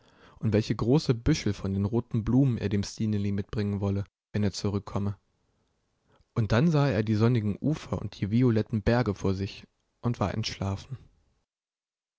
und welche große büschel von den roten blumen er dem stineli mitbringen wolle wenn er zurückkomme und dann sah er die sonnigen ufer und die violetten berge vor sich und war entschlafen